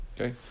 okay